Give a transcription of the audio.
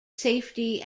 safety